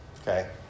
okay